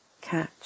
catch